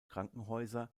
krankenhäuser